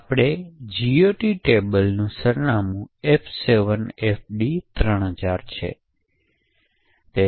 આપણા GOT ટેબલનું સરનામું F7FD3000 છે